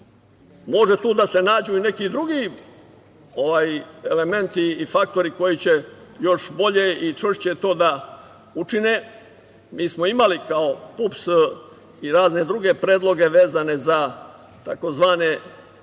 Mogu tu da se nađu i neki drugi elementi i faktori koji će još bolje i čvršće to da učine. Mi smo imali kao PUPS razne druge predloge vezane za tzv.